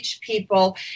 people